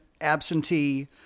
absentee